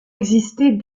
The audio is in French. exister